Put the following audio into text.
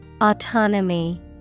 Autonomy